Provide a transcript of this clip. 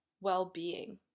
well-being